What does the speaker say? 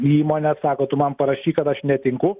į įmonę sako tu man parašyk kad aš netinku